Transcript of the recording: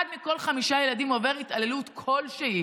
אחד מכל חמישה ילדים עובר התעללות כלשהי.